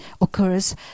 occurs